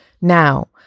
Now